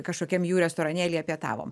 kažkokiam jų restoranėlyje pietavom